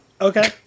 Okay